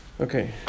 Okay